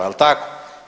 Jel' tako?